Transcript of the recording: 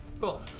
Cool